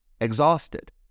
exhausted